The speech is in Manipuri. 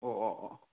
ꯑꯣ ꯑꯣ ꯑꯣ